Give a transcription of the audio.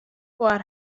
foar